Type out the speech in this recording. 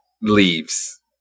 leaves